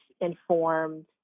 informed